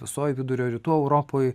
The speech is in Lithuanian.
visoj vidurio rytų europoj